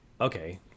okay